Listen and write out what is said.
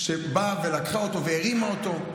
שבאה ולקחה אותו והרימה אותו.